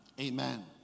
Amen